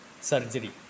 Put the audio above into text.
surgery